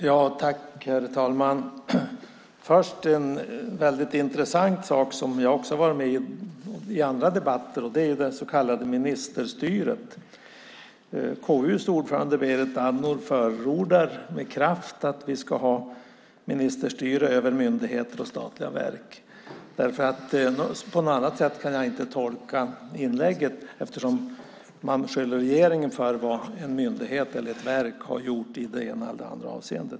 Herr talman! Först vill jag nämna en väldigt intressant sak som jag också har varit med om i andra debatter, och det handlar om det så kallade ministerstyret. KU:s ordförande Berit Andnor förordar med kraft att vi ska ha ministerstyre över myndigheter och statliga verk. På något annat sätt kan jag inte tolka inlägget, eftersom hon skyller regeringen för vad en myndighet eller ett verk har gjort i det ena eller det andra avseendet.